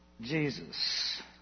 Jesus